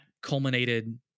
culminated